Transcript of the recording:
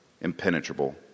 impenetrable